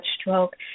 stroke